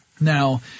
Now